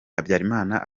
habyarimana